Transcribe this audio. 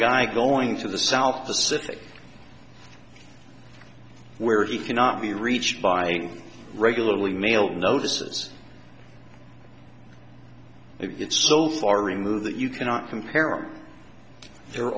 guy going to the south pacific where he cannot be reached by regularly mail notices it's so far removed that you cannot compare and there